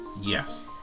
yes